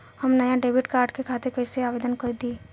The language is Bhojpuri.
हम नया डेबिट कार्ड के खातिर कइसे आवेदन दीं?